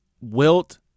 Wilt